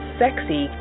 sexy